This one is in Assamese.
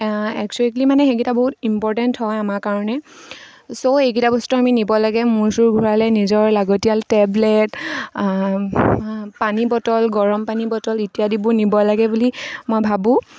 এক্সুৱেলি মানে সেইকেইটা বহুত ইম্পৰ্টেণ্ট হয় আমাৰ কাৰণে ছ' এইকেইটা বস্তু আমি নিব লাগে মূৰ চূৰ ঘূৰালে নিজৰ লাগতিয়াল টেবলেট পানী বটল গৰম পানী বটল ইত্যাদিবোৰ নিব লাগে বুলি মই ভাবোঁ